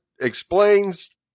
explains